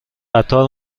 قطار